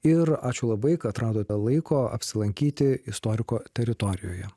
ir ačiū labai kad radote laiko apsilankyti istoriko teritorijoje